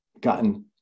gotten